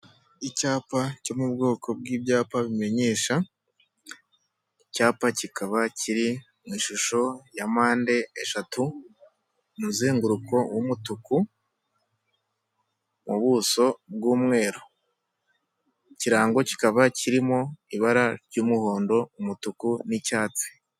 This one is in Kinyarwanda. Icyapa cyo mu bwoko bw'ibyapa bimenyesha, icyapa kikaba kiri mw’ishusho ya mpande eshatu, umuzenguruko w'umutuku mu buso bw'umweru ikirango kikaba kirimo ibara ry'umuhondo, umutuku n'icyatsi.